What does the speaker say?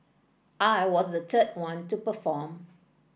I was the third one to perform